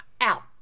out